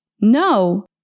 No